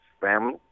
family